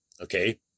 okay